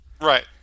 Right